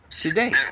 today